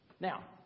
Now